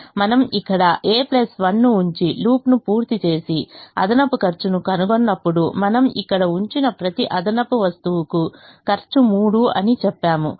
మనము ఇక్కడ a 1 ను ఉంచి లూప్ను పూర్తి చేసి అదనపు ఖర్చును కనుగొన్నప్పుడు మనము ఇక్కడ ఉంచిన ప్రతి అదనపు వస్తువుకు ఖర్చు 3 అని చెప్పాము